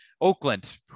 Oakland